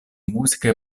musiche